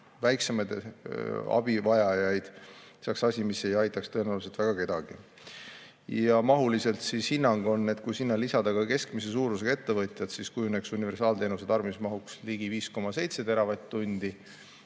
väiksemaid abivajajaid, asi, mis ei aitaks tõenäoliselt väga kedagi. Mahuliselt on hinnang, et kui sinna lisada ka keskmise suurusega ettevõtted, siis kujuneks universaalteenuse tarbimismahuks ligi 5,7 teravatt-tundi.